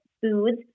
foods